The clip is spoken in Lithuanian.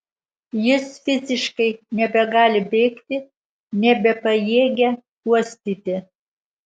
jis fiziškai nebegali bėgti nebepajėgia uostyti